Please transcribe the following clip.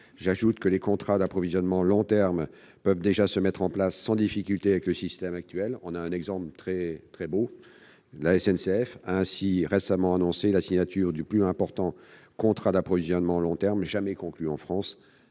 J'ajoute que les contrats d'approvisionnement à long terme peuvent déjà être mis en place sans difficulté dans le système actuel. La SNCF a ainsi récemment annoncé la signature du plus important contrat d'approvisionnement à long terme jamais conclu en France.